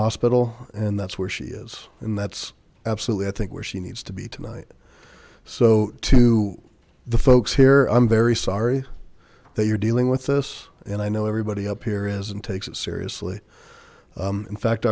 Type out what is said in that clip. hospital and that's where she is and that's absolutely i think where she needs to be tonight so to the folks here i'm very sorry that you're dealing with this and i know everybody up here is and takes it seriously in fact